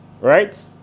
right